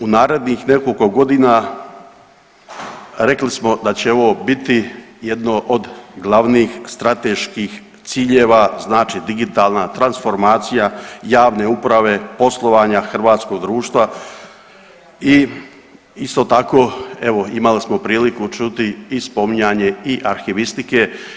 U narednih nekoliko godina rekli smo da će ovo biti jedno od glavnih strateških ciljeva, znači digitalna transformacija javne uprave, poslovanja hrvatskog društva i isto tako evo imali smo priliku čuti i spominjanje i arhivistike.